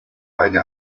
eine